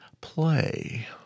play